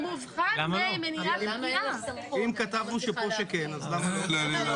אם כתבנו פה שכן, אז למה לא?